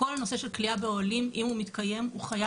כל הנושא של כליאה באוהלים,